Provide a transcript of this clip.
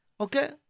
Okay